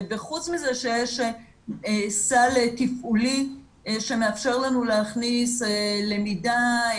וחוץ מזה שיש סל תפעולי שמאפשר לנו להכניס למידה,